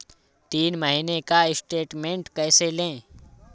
तीन महीने का स्टेटमेंट कैसे लें?